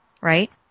right